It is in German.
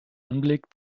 anblick